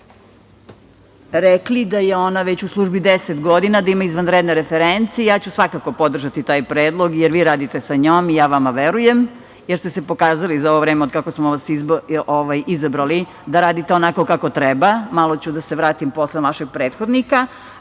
rekli da je ona već u službi 10 godina, da ima izvanredne reference i ja ću svakako podržati taj predlog, jer vi radite sa njom i ja vama verujem, jer ste pokazali za ovo vreme, od kako smo vas izabrali, da radite onako kako treba. Malo ću da se vratim posle na vašeg prethodnika. Što